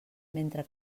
mentre